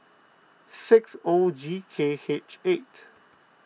six O G K H eight